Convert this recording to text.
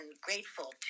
grateful